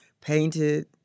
painted